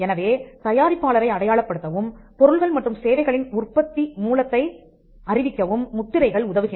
எனவே தயாரிப்பாளரை அடையாளப்படுத்தவும் பொருள்கள் மற்றும் சேவைகளின் உற்பத்தி மூலத்தை அறிவிக்கவும் முத்திரைகள் உதவுகின்றன